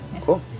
Cool